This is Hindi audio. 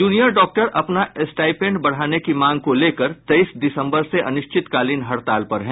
जूनियर डॉक्टर अपना स्टाईपेंड बढ़ाने की मांग को लेकर तेईस दिसम्बर से अनिश्चितकालीन हड़ताल पर हैं